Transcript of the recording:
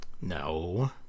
No